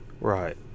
Right